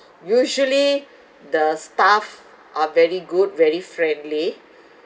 usually the staff are very good very friendly